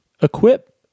equip